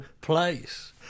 place